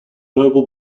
noble